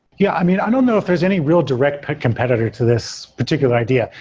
yeah, i mean, i don't know if there's any real direct competitor to this particular idea.